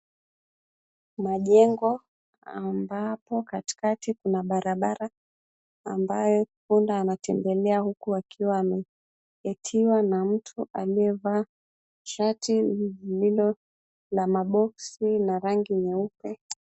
Majengo ambapo katikati kuna barabara ambayo punda anatembelea huku akiwa na mtu aliyevaa shati lililo la maboksi na rangi nyeupe.